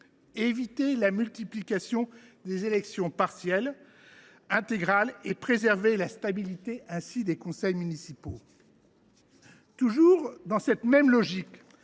éviter la multiplication des élections partielles intégrales et préserver la stabilité des conseils municipaux. Toujours dans cette logique